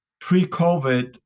pre-COVID